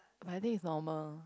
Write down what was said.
but I think it's normal